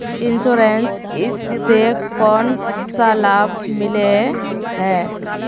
Insurance इस से कोन सा लाभ मिले है?